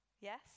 Yes